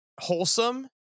wholesome